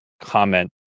comment